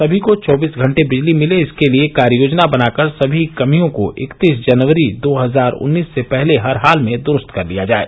समी को चौबीस घंटे बिजली मिले इसके लिये कार्य योजना बनाकर समी कमियों को इकतीस जनवरी दो हजार उन्नीस से पहले हर हाल में दुरूस्त कर लिया जाये